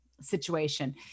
situation